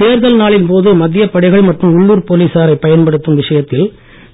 தேர்தல் நாளின் போது மத்திய படைகள் மற்றும் உள்ளூர் போலீசார்களை பயன்படுத்தும் விஷயத்தில்